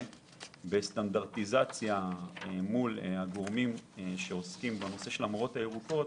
בסטנדרטיזציה של נושא המורות הירוקות